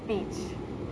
speech